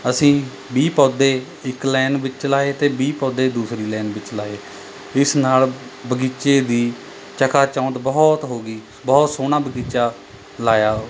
ਅਸੀਂ ਵੀਹ ਪੌਦੇ ਇੱਕ ਲਾਈਨ ਵਿੱਚ ਲਾਏ ਅਤੇ ਵੀਹ ਪੌਦੇ ਦੂਸਰੀ ਲਾਈਨ ਵਿੱਚ ਲਾਏ ਇਸ ਨਾਲ ਬਗੀਚੇ ਦੀ ਚਕਾਚੋਂਦ ਬਹੁਤ ਹੋ ਗਈ ਬਹੁਤ ਸੋਹਣਾ ਬਗੀਚਾ ਲਾਇਆ